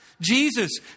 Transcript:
Jesus